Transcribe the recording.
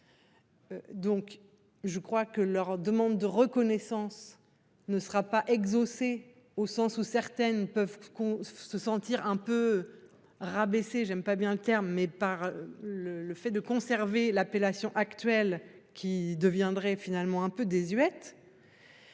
Donc je crois que leur demande de reconnaissance. Ne sera pas exaucé, au sens où certaines peuvent qu'on se sentir un peu rabaissé, j'aime pas bien le terme mais par le le fait de conserver l'appellation actuelle qui deviendrait finalement un peu désuète.